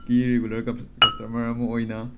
ꯒꯤ regular customer ꯑꯃ ꯑꯣꯏꯅ